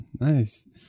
nice